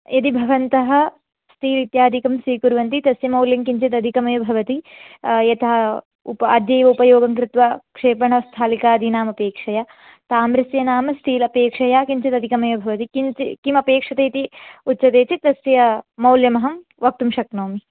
यदि भवन्तः स्टील् इत्यादिकं स्वीकुर्वन्ति तस्य मौल्यं किञ्चिदधिकमेव भवति यथा उप अद्य एव उपयोगं कृत्वा क्षेपणस्थालिकादीनामपेक्षया ताम्रस्य नाम स्टील् अपेक्षया किञ्चिदधिकमेव भवति किञ्चि किमपेक्ष्यते इति उच्यते चेत् तस्य मौल्यमहं वक्तुं शक्नोमि